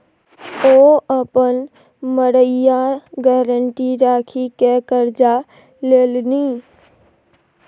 ओ अपन मड़ैया गारंटी राखिकए करजा लेलनि